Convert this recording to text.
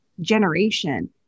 generation